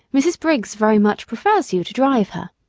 mrs. briggs very much prefers you to drive her.